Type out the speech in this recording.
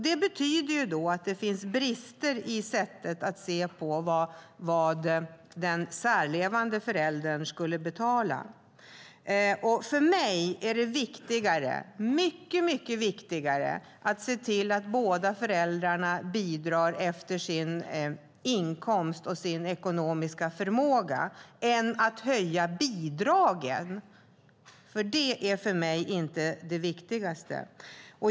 Det betyder att det finns brister i sättet att se på vad den särlevande föräldern ska betala. För mig är det mycket viktigare att se till att båda föräldrarna bidrar efter sin inkomst och sin ekonomiska förmåga än att höja bidragen. Det är för mig inte det viktigaste.